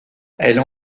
elle